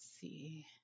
see